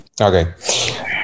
Okay